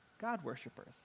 God-worshippers